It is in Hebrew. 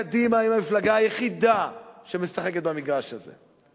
קדימה היא המפלגה היחידה שמשחקת במגרש הזה.